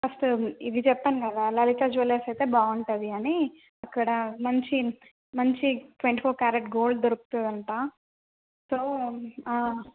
first ఇది చెప్పాను కదా లలితా జూవలర్స్ అయితే బాగుంటుంది అని ఇక్కడ మంచి మంచి ట్వంటీ ఫోర్ క్యారెట్ గోల్డ్ దొరకతుందంట సో